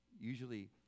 Usually